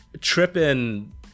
tripping